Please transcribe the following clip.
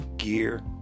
Gear